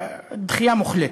דחייה מוחלטת.